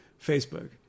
Facebook